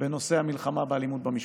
בנושא המלחמה באלימות במשפחה,